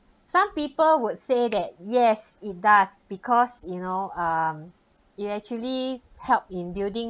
some people would say that yes it does because you know um it actually help in building